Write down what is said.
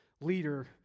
leader